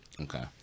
okay